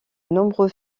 nombreux